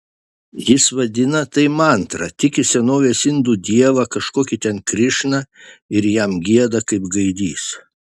jis vadina tai mantra tiki senovės indų dievą kažkokį ten krišną ir jam gieda kaip gaidys